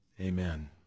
Amen